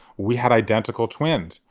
we had identical twins,